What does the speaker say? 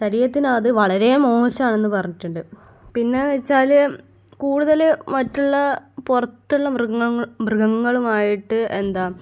ശരീരത്തിന് അത് വളരെ മോശമാണെന്ന് പറഞ്ഞിട്ടുണ്ട് പിന്നെ വെച്ചാൽ കൂടുതൽ മറ്റുള്ള പുറത്തുള്ള മൃഗങ്ങ മൃഗങ്ങളുമായിട്ട് എന്താണ്